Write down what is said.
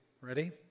ready